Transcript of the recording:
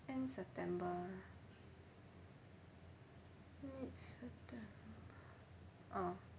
end september mid september orh